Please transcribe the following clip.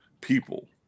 people